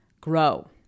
grow